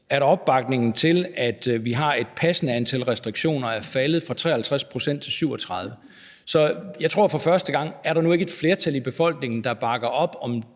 der mener, at vi har et passende antal restriktioner, er faldet fra 53 pct. til 37 pct. Så jeg tror, at for første gang er der nu ikke et flertal i befolkningen, der bakker op om